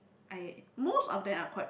I most of them are quite